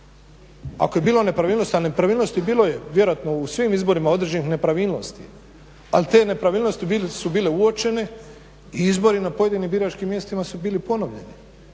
Ako je bilo nepravilnosti, a bilo je nepravilnosti vjerojatno u svim izborima određenih nepravilnosti ali te nepravilnosti su bile uočene i izbori na pojedinim biračkim mjestima su bili ponovljeni